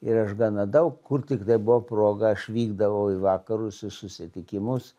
ir aš gana daug kur tiktai buvo proga aš vykdavau į vakarus į susitikimus